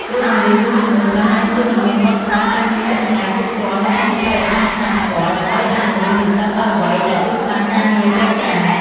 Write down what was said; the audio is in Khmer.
គ្រូបង្រៀនមួយចំនួនប្រហែលជាមិនមានបទពិសោធន៍ការងារជាក់ស្តែងគ្រប់គ្រាន់នៅក្នុងវិស័យឧស្សាហកម្មផ្ទាល់ ដើម្បីអាចបង្រៀននិស្សិតនូវអ្វីដែលទីផ្សារការងារត្រូវការ។